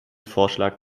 vorschlag